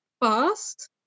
fast